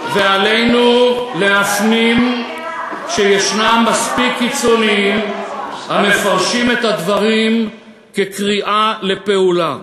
ועלינו להפנים שישנם מספיק קיצוניים המפרשים את הדברים כקריאה לפעולה.